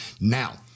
now